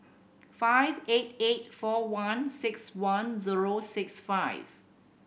five eight eight four one six one zero six five